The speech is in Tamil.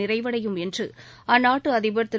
நிறைவடையும் என்று அந்நாட்டு அதிபர் திரு